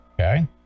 Okay